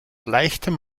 leichtem